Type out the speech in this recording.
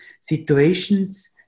situations